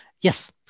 Yes